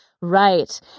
right